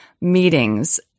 meetings